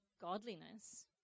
godliness